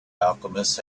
alchemist